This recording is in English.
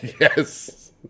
Yes